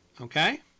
okay